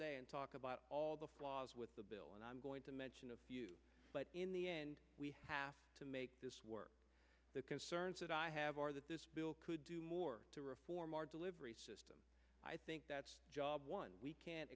day and talk about all the flaws with the bill and i'm going to mention a few but in the end we have to make this work the concerns that i have are that this bill could do more to reform our delivery system i think that's job one we can